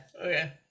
okay